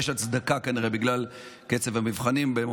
כנראה שיש הצדקה למומחה נוסף בגלל קצב המבחנים.